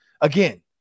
again